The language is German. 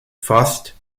fast